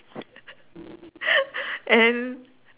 and